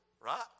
Right